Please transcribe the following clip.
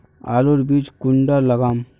आलूर बीज कुंडा लगाम?